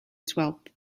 twelfth